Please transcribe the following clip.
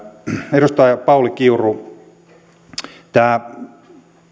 edustaja pauli kiuru tämä